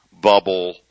bubble